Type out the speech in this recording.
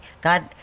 God